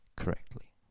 correctly